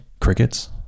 Crickets